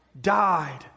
died